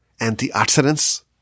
antioxidants